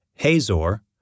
Hazor